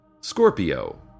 Scorpio